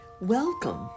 Welcome